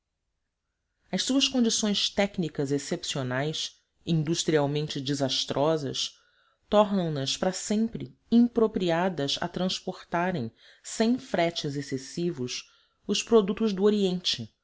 as suas condições técnicas excepcionais industrialmente desastrosas tornam nas para sempre impropriadas a transportarem sem fretes excessivos os produtos do oriente